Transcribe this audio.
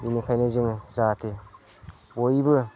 बिनिखायनो जोङो जाहाथे बयबो